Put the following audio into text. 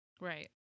Right